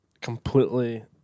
Completely